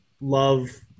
love